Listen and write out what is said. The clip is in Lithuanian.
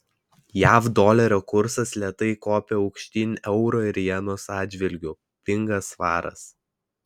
jav dolerio kursas lėtai kopia aukštyn euro ir jenos atžvilgiu pinga svaras